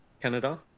Canada